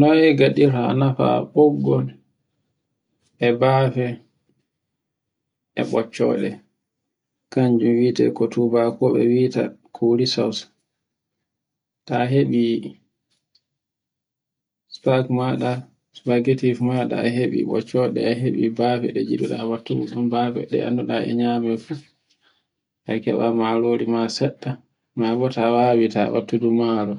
Noy ngaɗirta nafa ɓoggol e bade e ɓocciɗe, kanjum wi'ete ko tubako be wi'ete currysauce. Ta heɓi spak maɗa, spagetti maɗa a heɓi ɓoccoɗe, a heɓi bafe ɗe ngiɗuɗa battugo ɗun bafe ɗe e annduɗa e nyame fu. Sai keɓa marori ma seɗɗa, mabo ta wawi wuttudu maro,